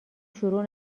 شروع